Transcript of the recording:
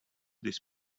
this